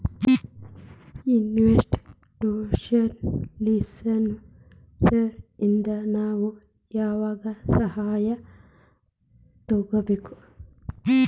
Institutional investors ಇಂದಾ ನಾವು ಯಾವಾಗ್ ಸಹಾಯಾ ತಗೊಬೇಕು?